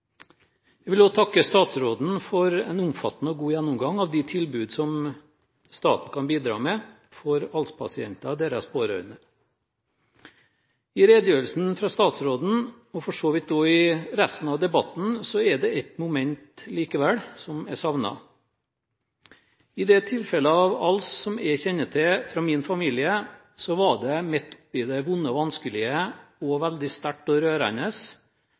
Jeg vil også takke statsråden for en omfattende og god gjennomgang av de tilbud som staten kan bidra med for ALS-pasienter og deres pårørende. I redegjørelsen fra statsråden – og for så vidt også i resten av debatten – er det ett moment jeg likevel savner. I det tilfellet av ALS som jeg kjenner til fra min familie, var det – midt oppi det vonde og vanskelige – også veldig sterkt og rørende